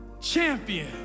Champion